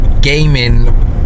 gaming